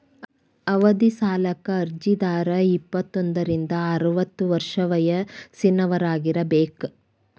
ಅವಧಿ ಸಾಲಕ್ಕ ಅರ್ಜಿದಾರ ಇಪ್ಪತ್ತೋಂದ್ರಿಂದ ಅರವತ್ತ ವರ್ಷ ವಯಸ್ಸಿನವರಾಗಿರಬೇಕ